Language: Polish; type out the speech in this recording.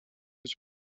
być